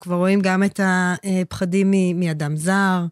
כבר רואים גם את הפחדים מאדם זר.